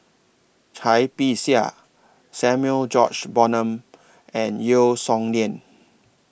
Cai Bixia Samuel George Bonham and Yeo Song Nian